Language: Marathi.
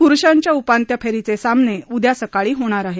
पुरूषांच्या उपांत्य फेरीचे सामने उद्या सकाळी होणार आहेत